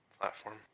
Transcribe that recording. platform